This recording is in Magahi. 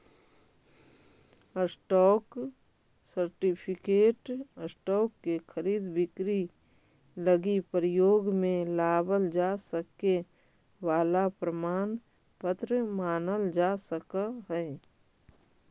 स्टॉक सर्टिफिकेट स्टॉक के खरीद बिक्री लगी प्रयोग में लावल जा सके वाला प्रमाण पत्र मानल जा सकऽ हइ